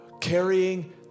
carrying